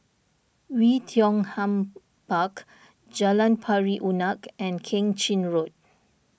Oei Tiong Ham Park Jalan Pari Unak and Keng Chin Road